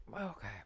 Okay